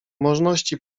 możności